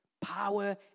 Power